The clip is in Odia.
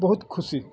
ବହୁତ ଖୁସି